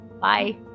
bye